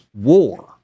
war